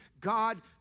god